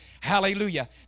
Hallelujah